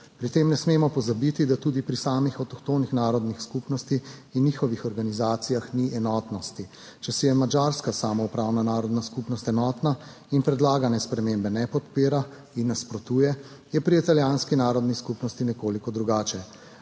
Pri tem ne smemo pozabiti, da tudi pri samih avtohtonih narodnih skupnosti in njihovih organizacijah ni enotnosti. Če si je madžarska samoupravna narodna skupnost enotna in predlagane spremembe ne podpira in ji nasprotuje, je pri italijanski narodni skupnosti nekoliko drugače.